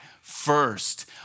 first